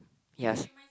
yes